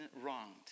wronged